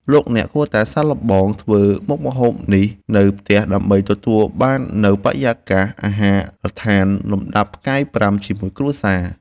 លោកអ្នកគួរតែសាកល្បងធ្វើមុខម្ហូបនេះនៅផ្ទះដើម្បីទទួលបាននូវបរិយាកាសអាហារដ្ឋានលំដាប់ផ្កាយប្រាំជាមួយគ្រួសារ។